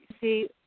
see